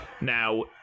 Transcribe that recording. Now